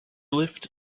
lift